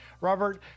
Robert